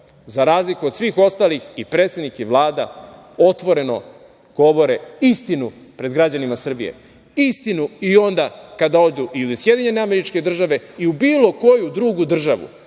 Za razliku od svih ostalih i predsednik i Vlada otvoreno govore istinu pred građanima Srbije. Istinu i onda kada odu i u SAD i u bilo koju drugu državu,